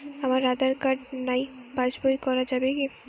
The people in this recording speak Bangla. আমার আঁধার কার্ড নাই পাস বই করা যাবে কি?